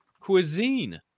cuisine